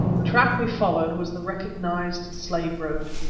the track we followed was the recognised slave road.